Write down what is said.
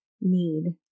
need